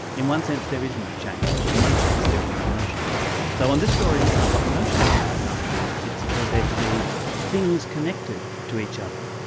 in one sense there is no change. in one sense there is no motion so on this story about what motion is, for example, it's for there to be things connected to each other,